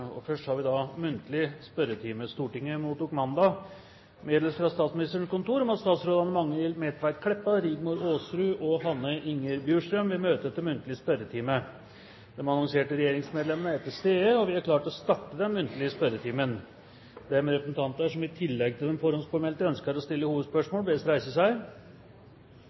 og fjerning av kvikksølvlasten på 67 tonn. Forslaget vil bli behandlet på reglementsmessig måte. Stortinget mottok mandag meddelelse fra Statsministerens kontor om at statsrådene Magnhild Meltveit Kleppa, Rigmor Aasrud og Hanne Inger Bjurstrøm vil møte til muntlig spørretime. De annonserte regjeringsmedlemmene er til stede, og vi er klare til å starte den muntlige spørretimen. De representanter som i tillegg til de forhåndspåmeldte ønsker å stille hovedspørsmål, bes om å reise seg.